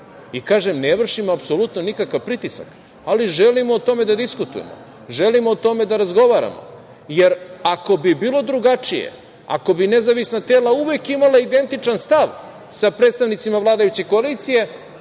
Kažem, ne vršimo apsolutno nikakav pritisak, ali želimo o tome da diskutujemo, želimo o tome da razgovaramo, jer ako bi bilo drugačije, ako bi nezavisna tela uvek imala identičan stav sa predstavnicima vladajuće koalicije